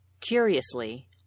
Curiously